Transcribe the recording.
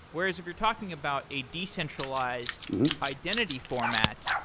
whereas if you're talking about a decentralized identity format,